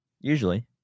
Usually